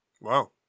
Wow